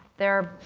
they're,